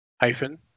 hyphen